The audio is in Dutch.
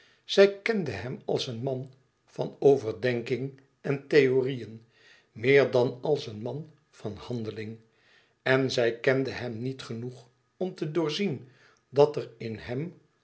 zij kende hem als een man van overdenking en theoriëen meer dan als een man van handeling en zij kende hem niet genoeg om te doorzien dat er in hem